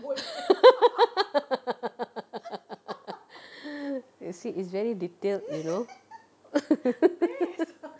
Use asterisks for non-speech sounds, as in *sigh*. *laughs* you see it's very detailed you know *laughs*